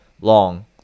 long